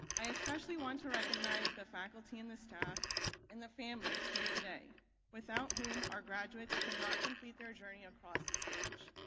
i especially want to recognize the faculty and the staff and the families here today without whom our graduates could not complete their journey across the stage.